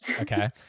okay